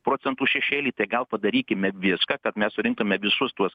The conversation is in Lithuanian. procentų šešėly tai gal padarykime viską kad mes surinktume visus tuos